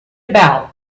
about